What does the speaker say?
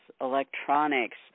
electronics